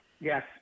Yes